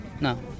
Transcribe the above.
No